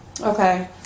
okay